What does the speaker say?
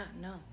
no